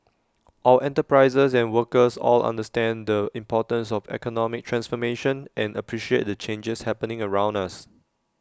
our enterprises and workers all understand the importance of economic transformation and appreciate the changes happening around us